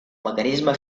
mecanisme